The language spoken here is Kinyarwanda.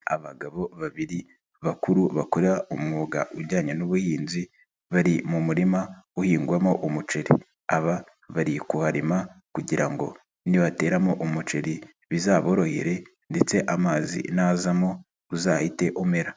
Abagabo babiri bakuru bakora umwuga ujyanye n'ubuhinzi, bari mu murima uhingwamo umuceri, aba bari kuharima kugira ngo nibateramo umuceri bizaborohere ndetse amazi nazamo uzahite umera.